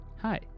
Hi